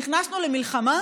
נכנסנו למלחמה.